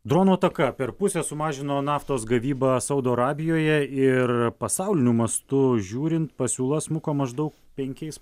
dronų ataka per pusę sumažino naftos gavybą saudo arabijoje ir pasauliniu mastu žiūrint pasiūla smuko maždaug penkiais